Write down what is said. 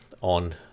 on